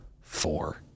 four